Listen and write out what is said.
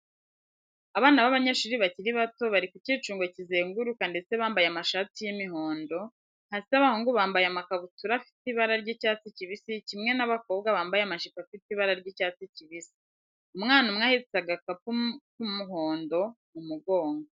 Abana b'abanyeshuri bakiri bato bari ku cyicungo kizenguruka ndetse bambaye amashati y'imihondo, hasi abahungu bambaye amakabutura afite ibara ry'icyatsi kibisi kimwe n'abakobwa bambaye amajipo afite ibara ry'icyatsi kibisi. Umwana umwe ahetse agakapu k'umuondo mu mugongo.